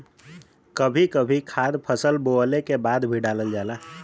कभी कभी खाद फसल बोवले के बाद भी डालल जाला